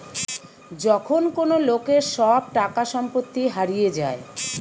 যখন কোন লোকের সব টাকা সম্পত্তি হারিয়ে যায়